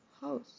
house